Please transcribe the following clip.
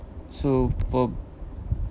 so for